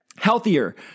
healthier